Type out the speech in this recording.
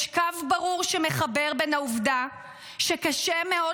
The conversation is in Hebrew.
יש קו ברור שמחבר בין העובדה שקשה מאוד